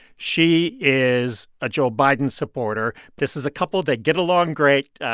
she is a joe biden supporter. this is a couple that get along great.